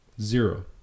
Zero